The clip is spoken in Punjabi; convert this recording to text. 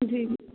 ਜੀ